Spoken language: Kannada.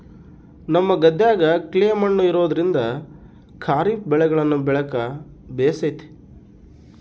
ನಮ್ಮ ಗದ್ದೆಗ ಕ್ಲೇ ಮಣ್ಣು ಇರೋದ್ರಿಂದ ಖಾರಿಫ್ ಬೆಳೆಗಳನ್ನ ಬೆಳೆಕ ಬೇಸತೆ